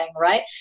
right